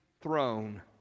throne